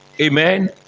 Amen